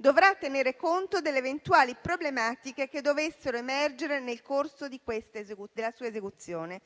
dovrà tener conto delle eventuali problematiche che dovessero emergere nel corso della sua esecuzione.